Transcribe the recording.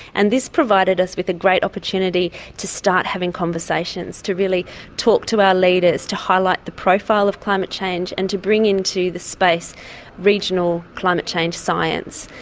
and this provided us with a great opportunity to start having conversations, to really talk to our leaders, to highlight the profile of climate change and to bring into the space regional climate change science.